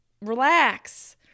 Relax